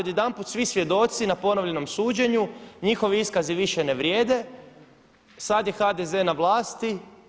Odjedanput svi svjedoci na ponovljenom suđenju, njihovi iskazi više ne vrijede, sada je HDZ na vlasti.